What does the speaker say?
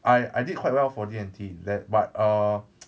I I did quite well for D&T that but err